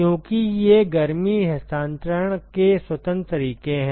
क्योंकि ये गर्मी हस्तांतरण के स्वतंत्र तरीके हैं